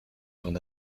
ton